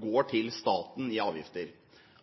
går til staten i avgifter.